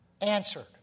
answered